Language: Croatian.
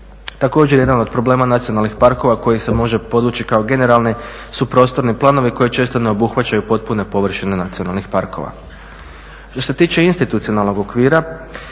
Također jedan od problema nacionalnih parkova koji se može podvući kao generalni su prostorni planovi koji često ne obuhvaćaju potpune površine nacionalnih parkova. Što se tiče institucionalnog okvira